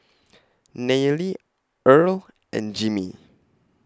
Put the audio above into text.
Nayeli Earle and Jimmy